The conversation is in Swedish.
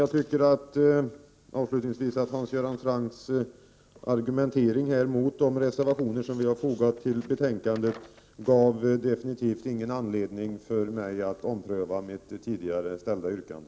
Jag tycker att Hans Göran Francks argumentering mot de reservationer som vi fogat till betänkandet definitivt inte gav någon anledning för mig att ompröva mitt tidigare ställda yrkande.